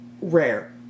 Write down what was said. rare